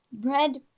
Red